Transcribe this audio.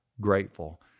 grateful